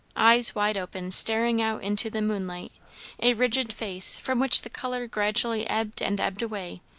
eyes wide open, staring out into the moonlight a rigid face, from which the colour gradually ebbed and ebbed away,